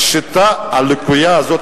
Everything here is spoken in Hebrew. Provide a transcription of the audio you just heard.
השיטה הלקויה הזאת,